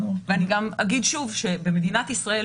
אני גם אגיד שוב שבמדינת ישראל,